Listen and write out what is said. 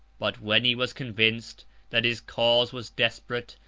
but when he was convinced that his cause was desperate,